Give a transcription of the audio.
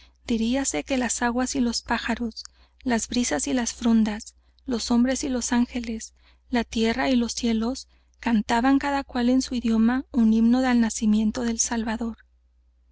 sordos diríase que las aguas y los pájaros las brisas y las frondas los hombres y los ángeles la tierra y los cielos cantaban cada cual en su idioma un himno al nacimiento del salvador